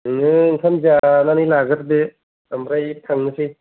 नों ओंखाम जानानै लाग्रोदो ओमफ्राय थांनोसै